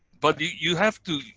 but you have to,